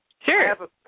Sure